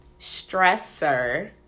stressor